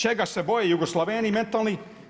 Čega se boje Jugoslaveni mentalni?